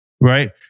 right